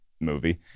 movie